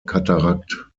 cataract